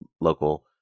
local